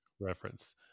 reference